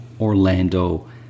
Orlando